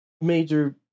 major